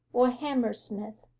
or hammersmith.